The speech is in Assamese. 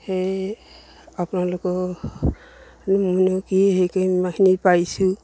সেইয়ে আপোনালোকেও মইনো কি হেৰি কৰিম ইমানখিনি পাইছোঁ